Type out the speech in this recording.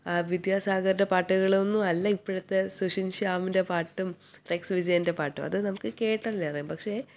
വിദ്യാസാഗറിൻ്റെ പാട്ടുകളൊന്നും അല്ല ഇപ്പോഴത്തെ സുഷീൻ ശ്യാമിൻ്റെ പാട്ടും റെക്സ് വിജയൻ്റെ പാട്ടും അത് നമുക്ക് കേട്ടാലെ അറിയാം പക്ഷേ